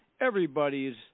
everybody's